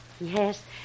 Yes